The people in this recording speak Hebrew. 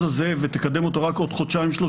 הזה ותקדם אותו רק עוד חודשיים-שלושה,